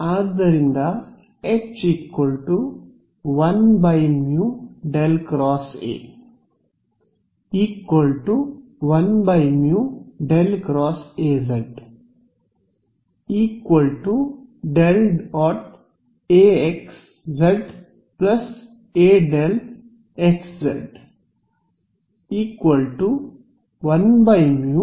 ಆದ್ದರಿಂದ H ೧ಮ್ಯೂ ∇ xA 1u ∇ xAz ∇ A x z A ∇ xz 1u∇ A x z